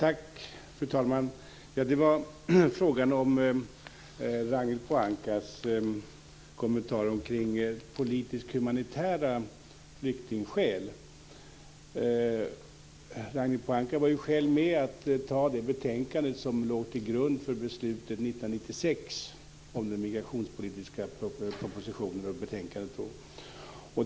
Fru talman! Det gäller Ragnhild Pohankas kommentar omkring politiska och humanitära flyktingskäl. Ragnhild Pohanka var ju själv med om att anta det betänkande som låg till grund för beslutet 1996 om den migrationspolitiska propositionen.